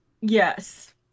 yes